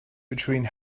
between